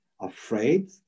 afraid